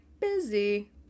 busy